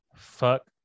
fuck